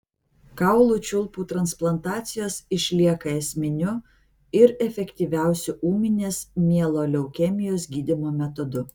kaulų čiulpų transplantacijos išlieka esminiu ir efektyviausiu ūminės mieloleukemijos gydymo metodu